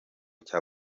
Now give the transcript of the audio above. cya